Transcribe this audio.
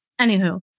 Anywho